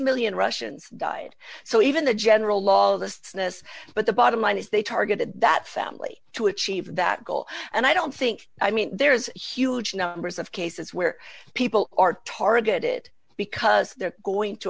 million russians died so even the general lawlessness but the bottom line is they targeted that family to achieve that goal and i don't think i mean there is huge numbers of cases where people are targeted it because they're going to